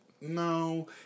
No